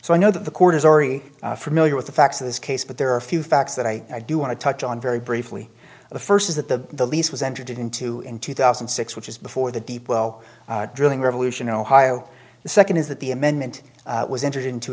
so i know that the court is already familiar with the facts of this case but there are a few facts that i do want to touch on very briefly the first is that the lease was entered into in two thousand and six which is before the deep well drilling revolution in ohio the second is that the amendment was entered into